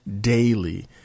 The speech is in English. daily